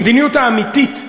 המדיניות האמיתית,